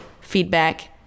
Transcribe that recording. feedback